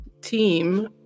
team